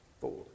four